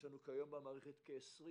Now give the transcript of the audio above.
יש לנו היום במערכת כ-20,000